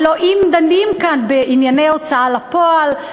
הלוא אם דנים כאן בענייני הוצאה לפועל,